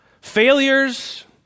failures